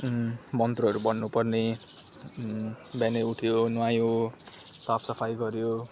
मन्त्रहरू भन्नुपर्ने बिहानै उठ्यो नुहायो साफ सफाइ गऱ्यो